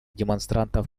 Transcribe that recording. демонстрантов